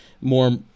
more